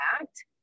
act